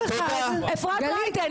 אפרת רייטן,